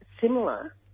similar